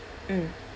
mm